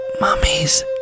mummies